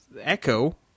Echo